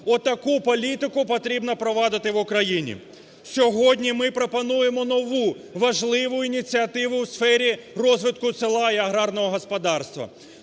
таку політику потрібно провадити в Україні. Сьогодні ми пропонуємо нову важливу ініціативу в сфері розвитку села і аграрного господарства.